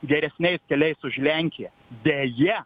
geresniais keliais už lenkiją deje